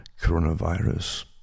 coronavirus